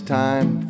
time